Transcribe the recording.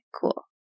cool